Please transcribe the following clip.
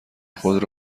خود